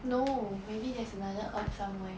no maybe there's another earth somewhere